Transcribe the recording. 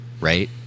right